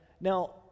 Now